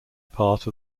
part